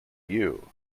you